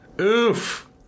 oof